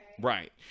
Right